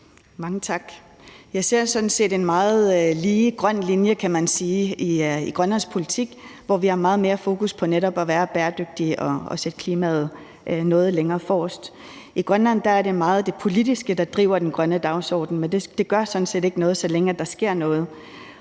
Mange tak. Jeg ser sådan set en meget lige grøn linje, kan man sige, i Grønlands politik, hvor vi har meget mere fokus på netop at være bæredygtige og i højere grad at sætte klimaet forrest. I Grønland er det meget det politiske, der driver den grønne dagsorden, men det gør sådan set ikke noget, så længe der sker noget.